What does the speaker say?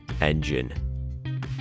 engine